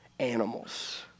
animals